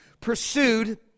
pursued